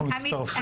אנחנו מצטרפים.